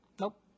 Nope